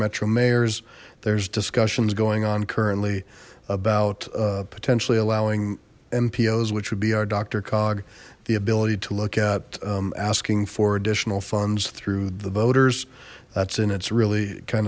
metro mayor's there's discussions going on currently about potentially allowing mpos which would be our doctor cog the ability to look at asking for additional funds through the voters that's in its really kind